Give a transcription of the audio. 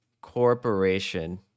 corporation